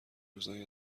روزای